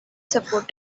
support